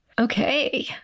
Okay